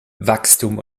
wachstum